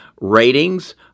ratings